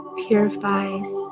purifies